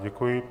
Děkuji.